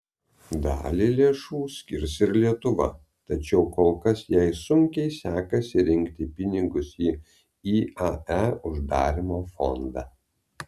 dalį lėšų skirs ir lietuva tačiau kol kas jai sunkiai sekasi rinkti pinigus į iae uždarymo fondą